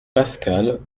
pascal